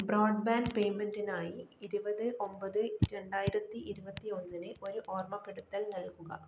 broadband പേയ്മെൻറ്റിനായി ഇരുപത് ഒമ്പത് രണ്ടായിരത്തി ഇരുപത്തിയൊന്നിന് ഒരു ഓർമ്മപ്പെടുത്തൽ നൽകുക